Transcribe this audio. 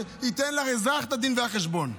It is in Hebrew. שייתנו לאזרח דין וחשבון.